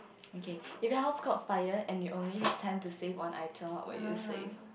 okay if your house caught fire and you only had time to save one item what would you save